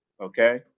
Okay